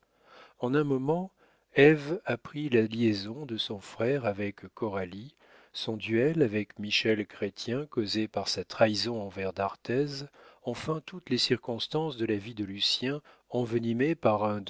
en un moment ève apprit la liaison de son frère avec coralie son duel avec michel chrestien causé par sa trahison envers d'arthez enfin toutes les circonstances de la vie de lucien envenimées par